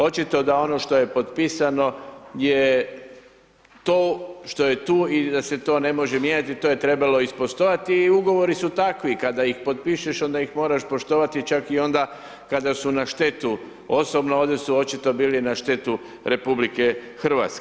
Očito da ono što je potpisano je to što je tu i da se tu ne može mijenjati to je trebalo ispoštovati i ugovori su takvi, kada ih potpišeš, onda ih moraš poštovati, čak i onda kada su na štetu osobno, a ovdje su očito bili na štetu RH.